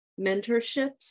mentorships